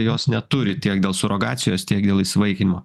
jos neturi tiek dėl surogacijos tiek dėl įsivaikinimo